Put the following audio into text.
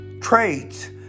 traits